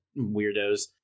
weirdos